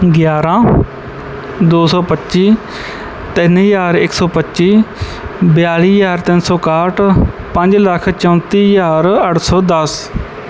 ਗਿਆਰ੍ਹਾਂ ਦੋ ਸੌ ਪੱਚੀ ਤਿੰਨ ਹਜ਼ਾਰ ਇੱਕ ਸੌ ਪੱਚੀ ਬਿਆਲੀ ਹਜ਼ਾਰ ਤਿੰਨ ਸੌ ਇੱਕਾਹਠ ਪੰਜ ਲੱਖ ਚੌਂਤੀ ਹਜ਼ਾਰ ਅੱਠ ਸੌ ਦਸ